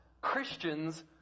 christians